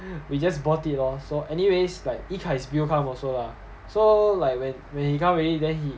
we just bought it lor so anyways like yikai's bill come also lah so like when when it come already then he